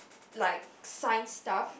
like science stuff